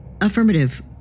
Affirmative